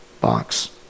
box